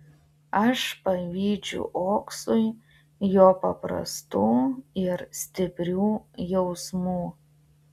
aš pavydžiu oksui jo paprastų ir stiprių jausmų